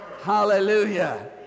Hallelujah